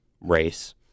race